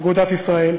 אגודת ישראל,